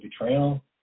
betrayal